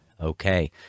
okay